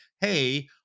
hey